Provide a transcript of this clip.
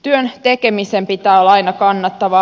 työn tekemisen pitää olla aina kannattavaa